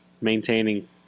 maintaining